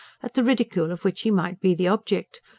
at the ridicule of which he might be the object,